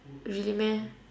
really meh